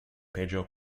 pedro